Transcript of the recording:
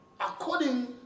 according